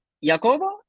Jacobo